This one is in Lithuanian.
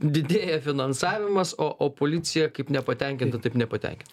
didėja finansavimas o o policija kaip nepatenkinta taip nepatenkint